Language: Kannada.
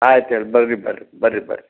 ಆಯ್ತು ಹೇಳಿ ಬನ್ರಿ ಬನ್ರಿ ಬನ್ರಿ ಬನ್ರಿ